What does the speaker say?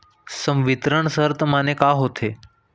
संवितरण शर्त माने का होथे?